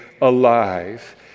alive